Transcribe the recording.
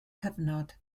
cyfnod